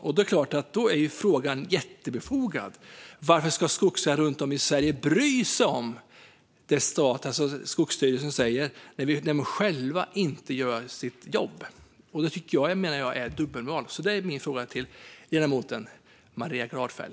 Då är det klart att frågan är jättebefogad: Varför ska skogsägare runt om i Sverige bry sig om det Skogsstyrelsen säger när staten själv inte gör sitt jobb? Jag menar att det är dubbelmoral. Det är min fråga till ledamoten Maria Gardfjell.